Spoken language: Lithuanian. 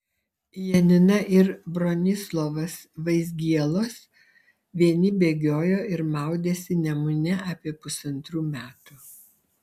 janina ir bronislovas vaizgielos vieni bėgiojo ir maudėsi nemune apie pusantrų metų